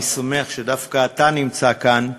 אני שמח שדווקא אתה נמצא כאן,